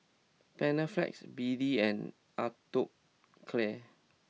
Panaflex B D and Atopiclair